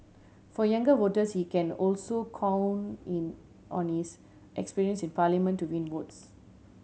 for younger voters he can also count in on his experience in Parliament to win votes